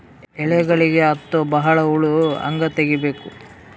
ಎಲೆಗಳಿಗೆ ಹತ್ತೋ ಬಹಳ ಹುಳ ಹಂಗ ತೆಗೀಬೆಕು?